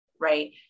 right